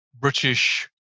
British